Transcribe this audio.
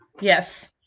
yes